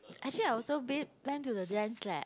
actually I also been went to the leh